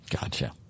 Gotcha